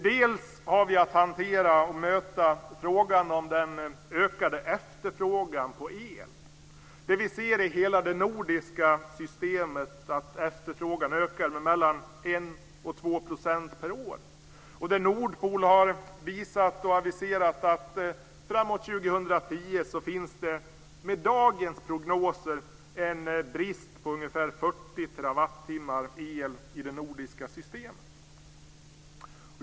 Vi har att möta och hantera frågan om den ökade efterfrågan på el. Vi ser att efterfrågan ökar i hela det nordiska systemet med 1-2 % per år. Nordpol har aviserat att med dagens prognoser finns det en brist på ungefär 2010.